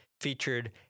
featured